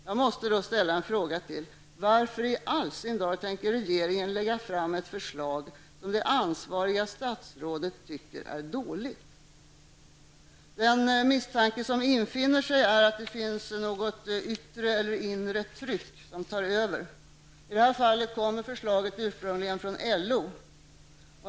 Jag måste då ställa ytterligare en fråga: Varför i all sin dar tänker regeringen lägga fram ett förslag som det ansvariga statsrådet tycker är dåligt? Den misstanke som infinner sig är att det finns något yttre eller inre tryck som tar över. I det här fallet kommer förslaget ursprungligen från LO.